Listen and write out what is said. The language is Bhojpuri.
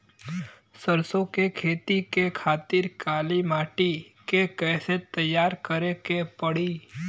सरसो के खेती के खातिर काली माटी के कैसे तैयार करे के पड़ी?